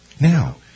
now